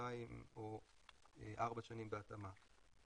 שנתיים או ארבע שנים בהתאמה.